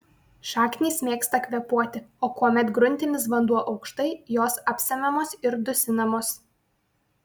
šaknys mėgsta kvėpuoti o kuomet gruntinis vanduo aukštai jos apsemiamos ir dusinamos